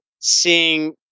seeing